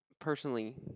personally